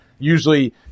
usually